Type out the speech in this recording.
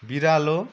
बिरालो